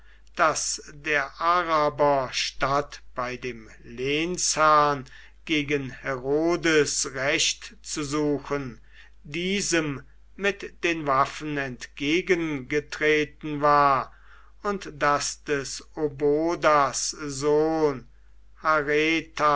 daß der araber statt bei dem lehnsherrn gegen herodes recht zu suchen diesem mit den waffen entgegengetreten war und daß des obodas sohn